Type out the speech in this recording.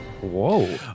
Whoa